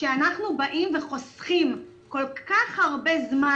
שאנחנו באים וחוסכים כל כך הרבה זמן,